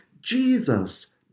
Jesus